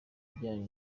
ibijyanye